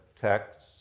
texts